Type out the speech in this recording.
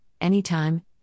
anytime